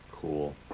cool